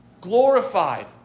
glorified